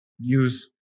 use